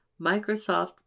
Microsoft